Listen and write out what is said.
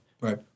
right